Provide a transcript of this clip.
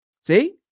see